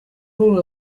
rule